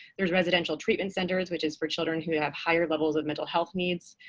there's residential treatment centers, which is for children who have higher levels of mental health needs.